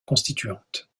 constituante